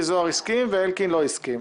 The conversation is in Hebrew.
מיקי זוהר הסכים ואלקין לא הסכים,